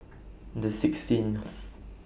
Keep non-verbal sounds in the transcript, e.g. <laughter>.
<noise> The sixteenth